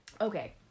Okay